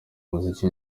muziki